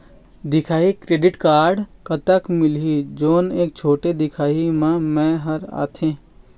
दिखाही credit card कतक मिलही जोन एक छोटे दिखाही म मैं हर आथे?